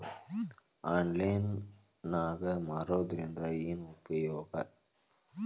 Online ನಾಗ್ ಮಾರೋದ್ರಿಂದ ಏನು ಉಪಯೋಗ?